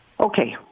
Okay